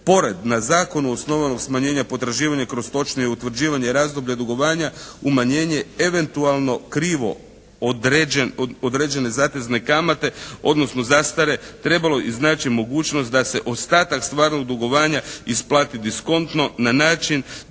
pored na zakonu osnovanog smanjenja potraživanja kroz točnije utvrđivanje razdoblja dugovanja umanjenje eventualno krivo određene zatezne kamate, odnosno zastare trebalo iznaći mogućnost da se ostatak stvarnog dugovanja isplati diskontno na način